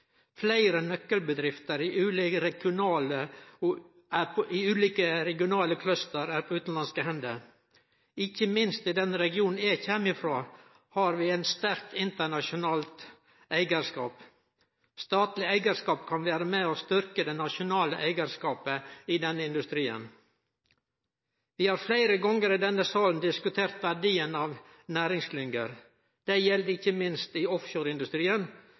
Ikkje minst i den regionen eg kjem frå har vi ein sterk internasjonal eigarskap. Statleg eigarskap kan vere med på å styrkje den nasjonale eigarskapen i denne industrien. Vi har fleire gonger i denne salen diskutert verdien av næringsklynger – det gjeld ikkje minst i